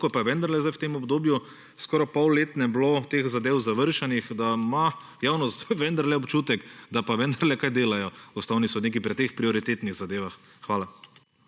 koliko pa je vendarle zdaj v tem skoraj polletnem obdobju bilo teh zadev končanih, da ima javnost vendarle občutek, da pa vendarle kaj delajo ustavni sodniki pri teh prioritetnih zadevah? Hvala.